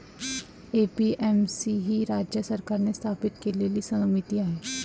APMC ही राज्य सरकारने स्थापन केलेली समिती आहे